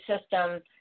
system